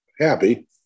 happy